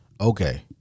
Okay